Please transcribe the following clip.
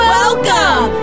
Welcome